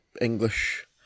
English